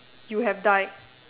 you have died